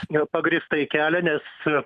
nu pagrįstai kelia nes